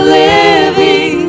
living